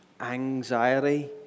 anxiety